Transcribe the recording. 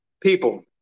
People